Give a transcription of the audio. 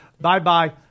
Bye-bye